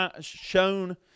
shown